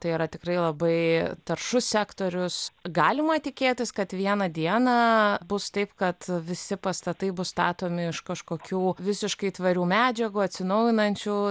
tai yra tikrai labai taršus sektorius galima tikėtis kad vieną dieną bus taip kad visi pastatai bus statomi iš kažkokių visiškai tvarių medžiagų atsinaujinančių